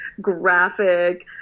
graphic